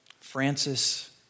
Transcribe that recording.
Francis